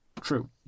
True